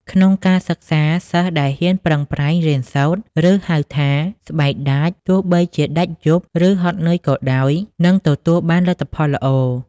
ក្នុងការសិក្សា សិស្សដែលហ៊ានប្រឹងប្រែងរៀនសូត្រ ឬហៅថា ស្បែកដាច ទោះបីដាច់យប់ ឬហត់នឿយក៏ដោយ នឹងទទួលបានលទ្ធផលល្អ។